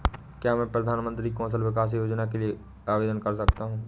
क्या मैं प्रधानमंत्री कौशल विकास योजना के लिए आवेदन कर सकता हूँ?